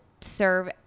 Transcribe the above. serve